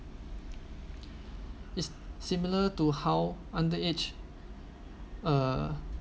is similar to how under age uh